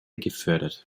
gefördert